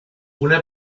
una